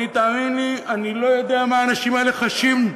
אני, תאמין לי, אני לא יודע מה האנשים האלה חשים.